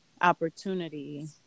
opportunity